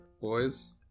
Boys